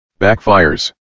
Backfires